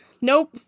Nope